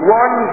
one